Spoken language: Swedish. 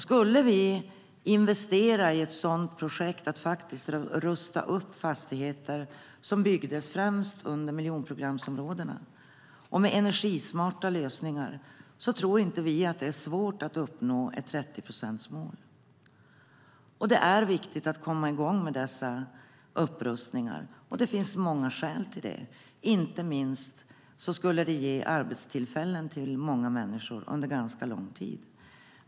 Skulle vi investera i ett projekt för att rusta upp fastigheter som byggdes främst som miljonprogramsområden med energismarta lösningar tror vi inte att det skulle vara svårt att uppnå ett 30-procentsmål. Det är viktigt att komma i gång med dessa upprustningar, och det finns många skäl till det. Inte minst skulle det ge arbetstillfällen till många människor under ganska lång tid.